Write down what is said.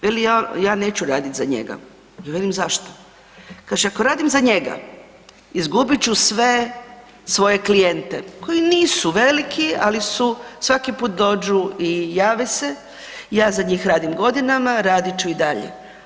Veli, ja neću raditi za njega, ja velim zašto, kaže, ako radim za njega, izgubit ću sve svoje klijente koji nisu veliki, ali su, svaki put dođu i jave se, ja za njih radim godinama, radit ću i dalje.